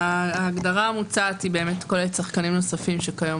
ההגדרה המוצעת כוללת שחקנים נוספים שכיום